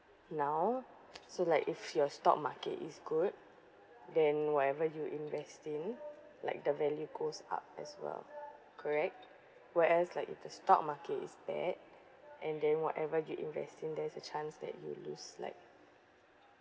now so like if your stock market is good then whatever you invest in like the value goes up as well correct whereas like if the stock market is bad and then whatever you invest in there's a chance that you lose like